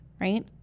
right